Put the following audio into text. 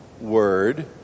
word